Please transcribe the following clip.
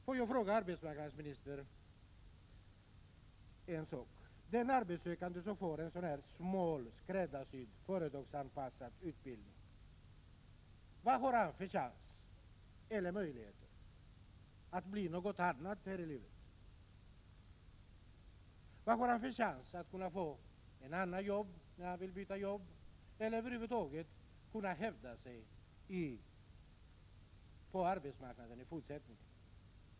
Får jag fråga arbetsmarknadsministern angående den arbetssökande som får en smal skräddarsydd företagsutbildning, vad han har för chans eller möjlighet att bli något annat här i livet. Vad har han för möjlighet att få ett annat jobb när han vill byta eller över huvud taget för möjlighet att kunna hävda sig på arbetsmarknaden i fortsättningen?